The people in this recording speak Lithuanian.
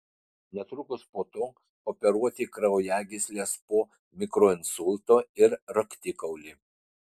netrukus po to operuoti kraujagysles po mikroinsulto ir raktikaulį